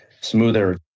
smoother